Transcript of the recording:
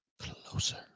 closer